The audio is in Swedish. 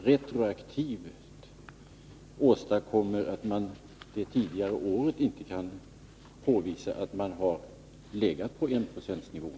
Retroaktivt åstadkommer man då att man för det tidigare året inte kan påvisa att man legat på enprocentsnivån.